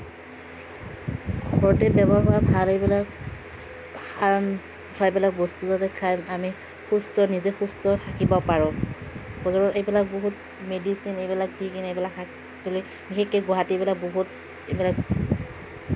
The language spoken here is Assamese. ঘৰতে ব্য়ৱহাৰ হোৱা ভাল এইবিলাক প্ৰায়বিলাক বস্তু আমি খাই আমি সুস্থ নিজে সুস্থ থাকিব পাৰোঁ বজাৰত এইবিলাক বহুত মেডিচিন এইবিলাক দিকেনে এইবিলাক শাক পাচলি বিশেষকৈ গুৱাহাটী এইবিলাক বহুত এইবিলাক